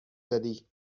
دادی